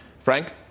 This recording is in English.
Frank